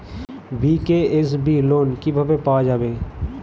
BKSB loan কিভাবে পাওয়া যাবে?